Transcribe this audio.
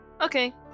Okay